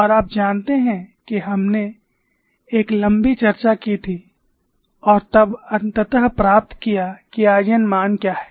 और आप जानते हैं कि हमने एक लंबी चर्चा की थी और तब अंततः प्राप्त किया कि आइजन मान क्या हैं